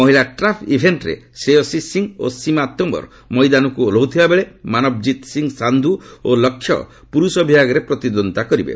ମହିଳା ଟ୍ରାପ୍ ଇଭେଣ୍ଟରେ ଶ୍ରେୟସି ସିଂହ ଓ ସୀମା ତୋମର ମଇଦାନକୁ ଓହ୍ଲାଉଥିବା ବେଳେ ମାନବଜିତ ସିଂହ ସାନ୍ଧୁ ଓ ଲକ୍ଷ୍ୟ ପୁରୁଷ ବିଭାଗରେ ପ୍ରତିଦ୍ୱନ୍ଦୀତା କରିବେ